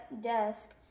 desk